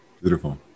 Beautiful